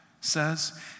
says